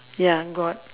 ya got